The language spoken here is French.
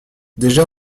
déjà